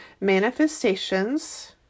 manifestations